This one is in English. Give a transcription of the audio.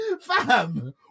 Fam